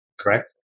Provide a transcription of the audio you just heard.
correct